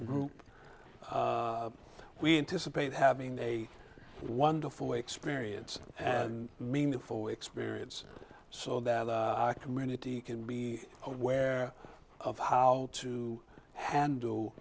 group we anticipate having a wonderful way experience and meaningful experience so that our community can be aware of how to handle